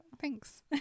Thanks